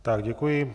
Tak děkuji.